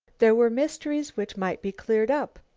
there were mysteries which might be cleared up.